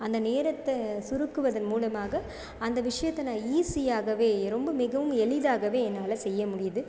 அந்த நேரத்தை சுருக்குவதன் மூலமாக அந்த விஷயத்தை நான் ஈஸியாகவே ரொம்ப மிகவும் எளிதாகவே என்னால் செய்ய முடியுது